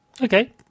Okay